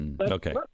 Okay